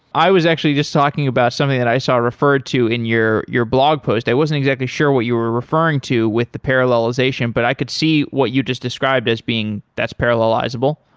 i was actually just talking about something that is saw referred to in your your blog post. i wasn't exactly sure what you were referring to with the parallelization, but i could see what you just described as being that's parallelizable.